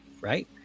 right